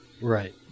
Right